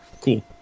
Cool